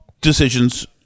decisions